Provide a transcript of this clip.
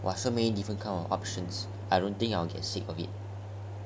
!wah! so many different kind of options I don't think I'll get sick of it